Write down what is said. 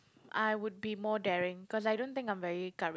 I would be more daring cause I don't think I'm very coura~